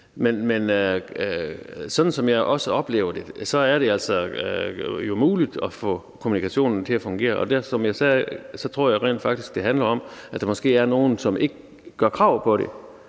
Men sådan som jeg også oplever det, er det altså muligt at få kommunikationen til at fungere. Som jeg sagde, tror jeg rent faktisk, det handler om, at der måske er nogle, som ikke gør krav på det,